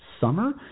summer